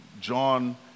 John